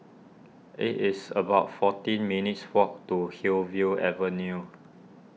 it is about fourteen minutes' walk to Hillview Avenue